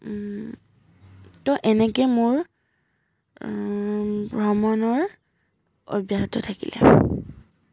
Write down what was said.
তো এনেকৈ মোৰ ভ্ৰমণৰ অব্যাহত থাকিলে